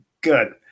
Good